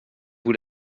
vous